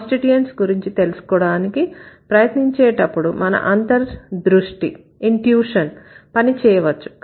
constituents గురించి తెలుసుకోవడానికి ప్రయత్నించేటప్పుడు మన అంతర్ దృష్టి పని చేయవచ్చు